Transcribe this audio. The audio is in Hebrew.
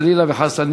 חלילה וחס,